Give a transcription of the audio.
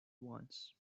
once